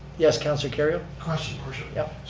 yes, councilor kerrio? question your worship. yep.